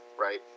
right